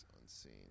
unseen